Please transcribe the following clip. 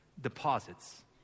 deposits